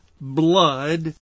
blood